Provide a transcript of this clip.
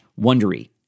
Wondery